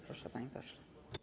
Proszę, panie pośle.